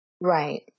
Right